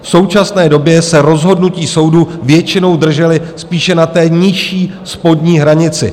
V současné době se rozhodnutí soudu většinou držela spíše na nižší spodní hranici.